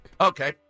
Okay